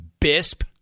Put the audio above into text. bisp